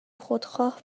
خودخواه